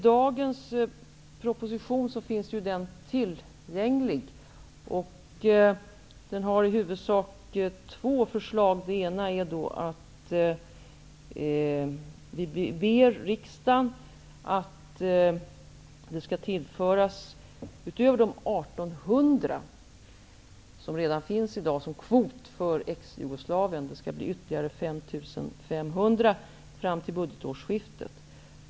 Dagens proposition finns ju tillgänglig. Den har i huvudsak två förslag. Det ena är att regeringen ber riksdagen att det utöver de 1 800 som redan i dag finns som kvot för Exjugoslavien skall tillföras ytterligare 5 500 fram till budgetårsskiftet.